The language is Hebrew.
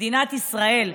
מדינת ישראל.